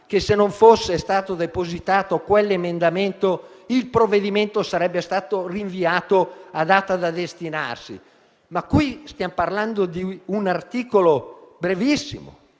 che se non fosse stato depositato, il provvedimento sarebbe stato rinviato a data da destinarsi. Qui stiamo parlando di un articolo brevissimo,